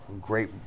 great